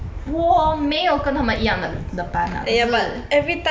我没有跟他们一样的的班 ah 只是